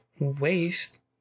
waste